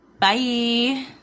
bye